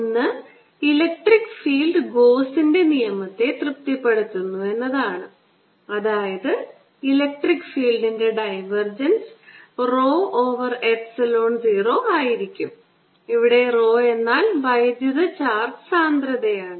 ഒന്ന് electric field ഗോസിന്റെ നിയമത്തെ തൃപ്തിപ്പെടുത്തുന്നു എന്നതാണ് അതായത് ഇലക്ട്രിക് ഫീൽഡിന്റെ ഡൈവർജൻസ് rho ഓവർ എപ്സിലോൺ 0 ആയിരിക്കും ഇവിടെ rho എന്നാൽ വൈദ്യുത ചാർജ് സാന്ദ്രതയാണ്